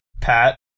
Pat